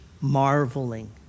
Marveling